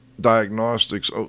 diagnostics